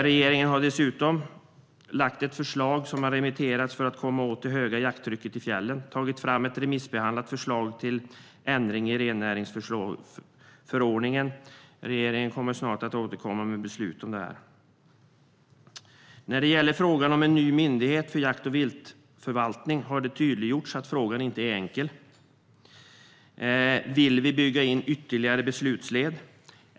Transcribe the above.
Regeringen har dessutom lagt ett förslag som har remitterats för att komma åt det höga jakttrycket i fjällen. Man har tagit fram ett remissbehandlat förslag till ändring i rennäringsförordningen. Regeringen kommer snart att återkomma med beslut om detta. När det gäller frågan om en ny myndighet för jakt och viltförvaltning har det tydliggjorts att frågan inte är enkel. Vill vi bygga in ytterligare beslutsled?